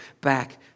back